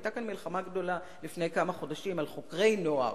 היתה כאן מלחמה גדולה לפני כמה חודשים על חוקרי נוער.